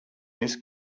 this